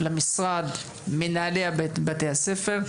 לבין המשרד ולבין מנהלי בתי הספר.